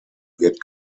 wird